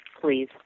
please